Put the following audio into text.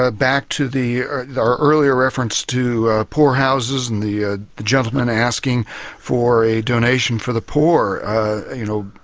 ah back to the the earlier reference to poor houses and the ah the gentleman asking for a donation for the poor, and you know,